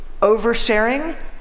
oversharing